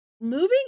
Moving